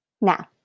Now